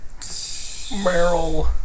Meryl